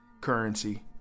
Currency